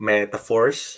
Metaphors